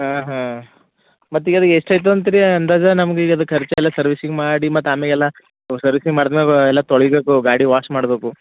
ಹಾಂ ಹಾಂ ಮತ್ತಿಗ ಅದು ಎಷ್ಟಾಯ್ತು ಅಂತೀರಿ ಅಂದಾಜ್ ನಮಗೀಗ ಅದು ಖರ್ಚೆಲ್ಲ ಸರ್ವಿಸಿಂಗ್ ಮಾಡಿ ಮತ್ತು ಆಮೇಲೆ ಎಲ್ಲ ಸರ್ವಿಸಿಂಗ್ ಮಾಡದ್ಮೇಗ ಎಲ್ಲ ತೊಳಿಬೇಕು ಗಾಡಿ ವಾಷ್ ಮಾಡ್ಬೇಕು